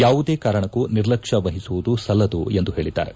ಯಾವುದೇ ಕಾರಣಕ್ಕೂ ನಿರ್ಲಕ್ಷ್ಯ ಮಹುವುದು ಸಲ್ಲದು ಎಂದು ಪೇಳಿದ್ದಾರೆ